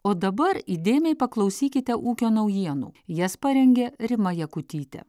o dabar įdėmiai paklausykite ūkio naujienų jas parengė rima jakutytė